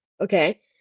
Okay